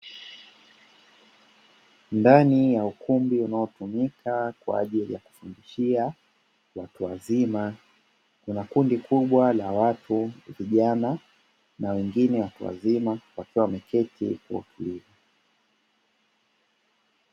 Ndani ya ukumbi unaotumika kwa ajili ya kufundishia watu wazima, kuna kundi kubwa la watu vijana na wengine watu wazima wakiwa wameketi kwa utulivu.